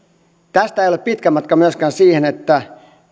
tästä ei ole pitkä matka myöskään siihen että